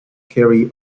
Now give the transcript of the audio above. carry